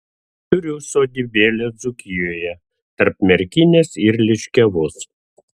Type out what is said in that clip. turiu sodybėlę dzūkijoje tarp merkinės ir liškiavos